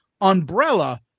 umbrella